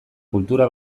kultura